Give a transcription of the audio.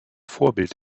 vorbild